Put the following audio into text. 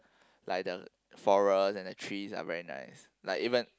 like the floral and the trees are very nice like even